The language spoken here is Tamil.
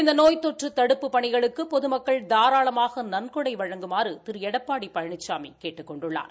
இந்த நோய்த்தொற்று தடுப்புப் பணிகளுக்கு பொதுமக்கள் தாராளமாக நன்கொடை வழங்குமாறு திரு எடப்பாடி பழனிசாமி கேட்டுக் கொண்டுள்ளார்